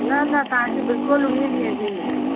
न तव्हांखे बिल्कुलु उन्हीअ ॾींहं जी मिलंदी